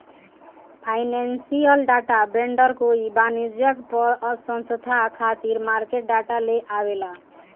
financial data vendor कोई वाणिज्यिक पसंस्था खातिर मार्केट डाटा लेआवेला